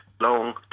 long